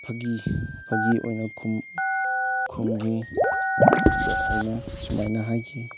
ꯐꯥꯒꯤ ꯐꯥꯒꯤ ꯑꯣꯏꯅ ꯈꯨꯝꯈꯤ ꯑꯗꯨꯗ ꯑꯩꯅ ꯁꯨꯃꯥꯏꯅ ꯍꯥꯏꯈꯤ